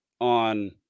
on